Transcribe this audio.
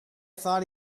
thought